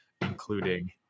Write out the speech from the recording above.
including